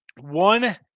one